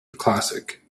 classic